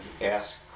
ask